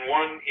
one